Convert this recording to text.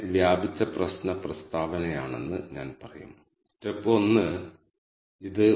വ്യതിയാനം കുറവായാൽ ക്ലസ്റ്ററുകൾ നല്ലതാണ്